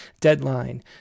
Deadline